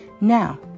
Now